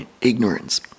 ignorance